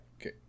okay